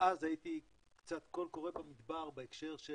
אני הייתי אז קול קורא במדבר בהקשר,